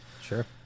Sure